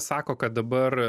sako kad dabar